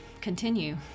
continue